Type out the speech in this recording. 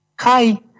Hi